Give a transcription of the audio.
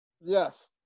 Yes